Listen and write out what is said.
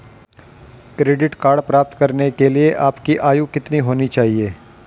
Credit card प्राप्त करने के लिए आपकी आयु कितनी होनी चाहिए?